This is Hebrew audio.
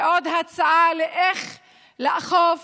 ועוד הצעה איך לאכוף